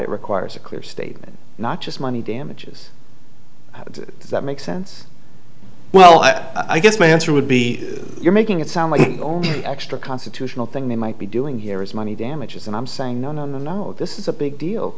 it requires a clear statement not just money damages does that make sense well i guess my answer would be you're making it sound like the only extra constitutional thing they might be doing here is money damages and i'm saying no no no this is a big deal